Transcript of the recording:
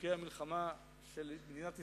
חוקי המלחמה של מדינת ישראל,